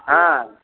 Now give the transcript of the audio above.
ହଁ